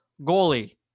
goalie